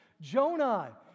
Jonah